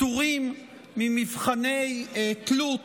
פטורים ממבחני תלות